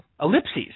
Ellipses